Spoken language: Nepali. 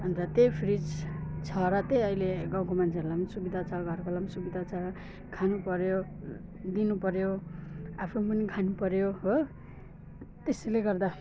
अन्त त्यही फ्रिज छ र त अहिले गाउँको मान्छेहरूलाई पनि सुविधा छ घरकोलाई पनि सुविधा छ खानुपऱ्यो दिनुपऱ्यो आफूले पनि खानुपऱ्यो हो त्यसैले गर्दा